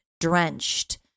drenched